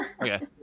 Okay